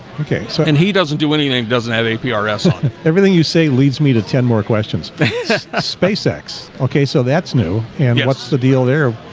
okay, so and he doesn't do anything doesn't have a p ah rs. ah everything you say leads me to ten more questions is but spacex, okay so that's new and yeah what's the deal there?